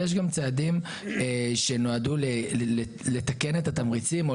ויש גם צעדים שנועדו לתקן את התמריצים או